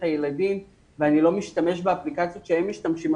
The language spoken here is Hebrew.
הילדים ואני לא משתמש באפליקציות שהם משתמשים בהן,